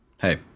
hey